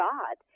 God